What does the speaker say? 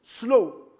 slow